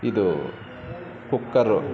ಇದು ಕುಕ್ಕರು